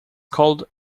called